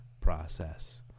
process